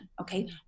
okay